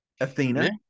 Athena